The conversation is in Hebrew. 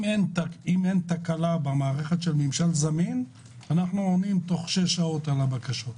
אם אין תקלה במערכת של ממשל זמין אנחנו עונים תוך שש שעות על הבקשות.